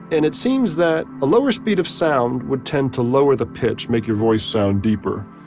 and it seems that a lower speed of sound would tend to lower the pitch, make your voice sound deeper,